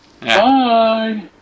bye